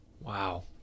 Wow